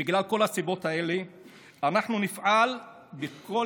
בגלל כל הסיבות האלה אנחנו נפעל בכל